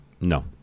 No